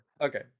Okay